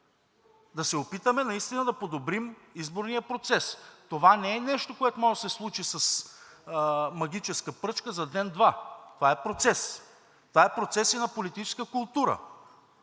Да се опитаме наистина да подобрим изборния процес. Това не е нещо, което може да се случи с магическа пръчка за ден-два. Това е процес. Това е процес и на политическа култура.